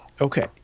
Okay